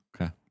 Okay